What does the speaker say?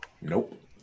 Nope